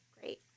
Great